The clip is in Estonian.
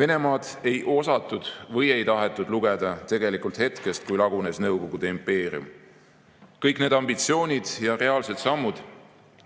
Venemaad ei osatud või ei tahetud lugeda tegelikult hetkest, kui lagunes Nõukogude impeerium. Kõik need ambitsioonid ja reaalsed sammud,